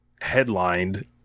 headlined